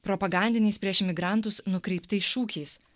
propagandiniais prieš imigrantus nukreiptais šūkiais